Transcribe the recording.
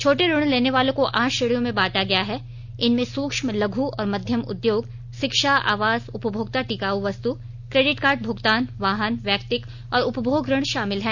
छोटे ऋण लेने वालों को आठ श्रेणियों में बांटा गया है इनमें सूक्ष्म लघु और मध्यम उद्योग शिक्षा आवास उपभोक्ता टिकाऊ वस्तु क्रेडिट कार्ड भुगतान वाहन व्यैक्तिक और उपभोग ऋण शामिल हैं